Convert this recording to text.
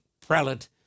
prelate